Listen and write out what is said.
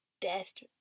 best